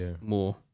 more